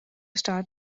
start